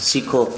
सीखो